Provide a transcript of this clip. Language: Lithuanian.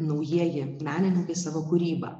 naujieji menininkai savo kūryba